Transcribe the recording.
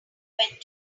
went